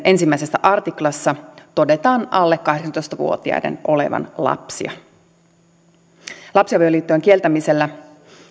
ensimmäisessä artiklassa todetaan alle kahdeksantoista vuotiaiden olevan lapsia lapsiavioliittojen kieltämisellä